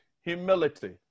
humility